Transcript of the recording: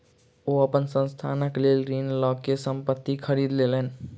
ओ अपन संस्थानक लेल ऋण लअ के संपत्ति खरीद लेलैन